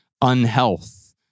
unhealth